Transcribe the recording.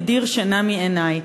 מדיר שינה מעיני.